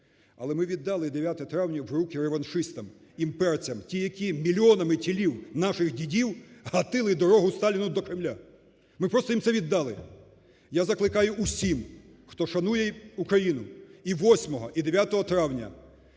Але ми віддали 9 травня в руки реваншистам, імперцям, ті, які мільйонами тілів наших дідів гатили дорогу Сталіну до Кремля, ми просто їм це віддали. Я закликаю усіх, хто шанує Україну, і 8, і 9 травня